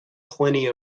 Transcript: plenty